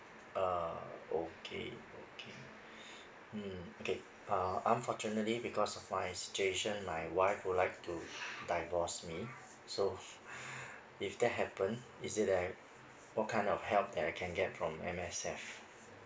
uh okay okay mm okay uh unfortunately because of my situation my wife would like to divorce me so if that happened is it like what kind of help that I can get from M_S_F